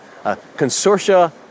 consortia